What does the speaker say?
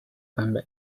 版本